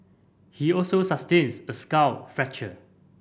he also sustains a skull fracture